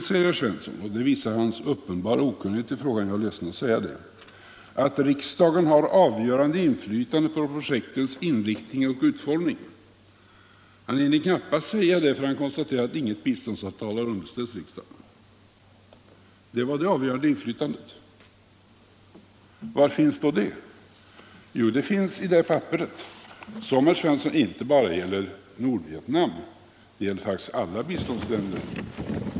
Riksdagen har avgörande inflytande på projektens inriktning och utformning, säger herr Svensson, och det visar hans uppenbara okunnighet i frågan — jag är ledsen att säga det. Han hinner knappast påstå detta förrän han konstaterar att inget biståndsavtal har underställts riksdagen. Var finns då det avgörande inflytandet? Jo, det finns i det papper som, herr Svensson, inte bara gäller Nordvietnam utan faktiskt alla mottagarländer.